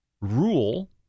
rule